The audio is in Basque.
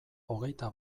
hogeita